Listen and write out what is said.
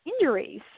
injuries